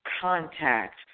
contact